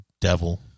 devil